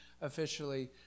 officially